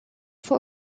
for